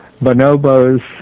bonobos